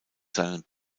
seinen